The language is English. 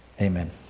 Amen